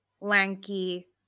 lanky